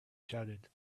shouted